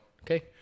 Okay